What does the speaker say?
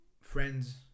friends